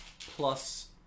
plus